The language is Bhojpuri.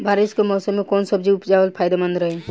बारिश के मौषम मे कौन सब्जी उपजावल फायदेमंद रही?